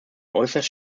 äußerst